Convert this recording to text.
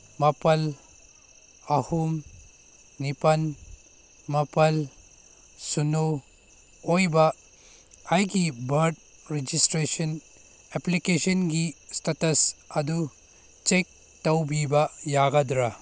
ꯃꯥꯄꯜ ꯑꯍꯨꯝ ꯅꯤꯄꯥꯜ ꯃꯥꯄꯜ ꯁꯤꯅꯣ ꯑꯣꯏꯕ ꯑꯩꯒꯤ ꯕꯥꯔꯠ ꯔꯦꯖꯤꯁꯇ꯭ꯔꯦꯁꯟ ꯑꯦꯄ꯭ꯂꯤꯀꯦꯁꯟꯒꯤ ꯏꯁꯇꯦꯇꯁ ꯑꯗꯨ ꯆꯦꯛ ꯌꯧꯕꯤꯕ ꯌꯥꯒꯗ꯭ꯔ